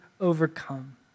overcome